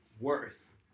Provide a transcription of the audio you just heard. worse